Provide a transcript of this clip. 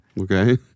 Okay